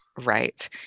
right